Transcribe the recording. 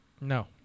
No